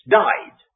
died